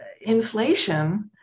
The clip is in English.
inflation